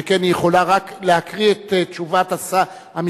שכן היא יכולה רק להקריא את תשובת המשרד